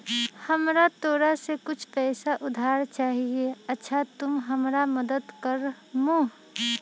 हमरा तोरा से कुछ पैसा उधार चहिए, अच्छा तूम हमरा मदद कर मूह?